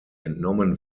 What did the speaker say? entnommen